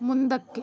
ಮುಂದಕ್ಕೆ